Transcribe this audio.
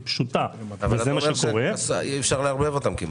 פשוטה וזה מה שקורה- - אי-אפשר לערבב אותם כמעט.